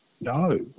No